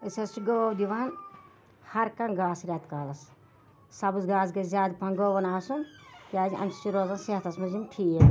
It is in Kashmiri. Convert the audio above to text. أسۍ حٔظ چھِ گٲو دِوان ہَر کانٛہہ گاسہٕ رٮ۪تکالَس سَبٕز گاسہٕ گَژھِ زیادٕ پَہَن گٲوَن آسُن کیازِ امہِ سۭتۍ چھِ روزان صحتَس مَنٛز یِم ٹھیٖک